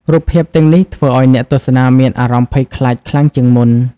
រូបភាពទាំងនេះធ្វើឲ្យអ្នកទស្សនាមានអារម្មណ៍ភ័យខ្លាចខ្លាំងជាងមុន។